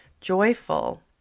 joyful